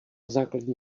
základní